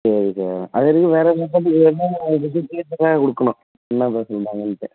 சரி சார் அது வரைக்கும் வேறு ஏதுவும் வேணுன்னா வெஜிடேரியன் தான் கொடுக்கணும் என்ன தான் சொல்லுறாங்கன்ட்டு